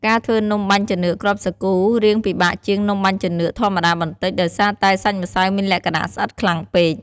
ការធ្វើនំបាញ់ចានឿកគ្រាប់សាគូរាងពិបាកជាង នំបាញ់ចានឿកធម្មតាបន្តិច ដោយសារតែសាច់ម្សៅមានលក្ខណៈស្អិតខ្លាំងពេក។